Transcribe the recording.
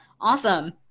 awesome